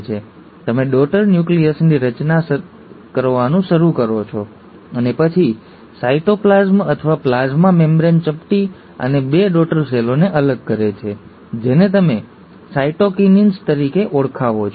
તેથી તમે ડૉટર ન્યુક્લિયસની રચના કરવાનું શરૂ કરો છો અને પછી સાયટોપ્લાસમ અથવા પ્લાઝ્મા મેમ્બ્રેન ચપટી અને બે ડૉટર સેલોને અલગ કરે છે જેને તમે સાયટોકિન્સિસ તરીકે ઓળખાવો છો